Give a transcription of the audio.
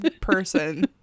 person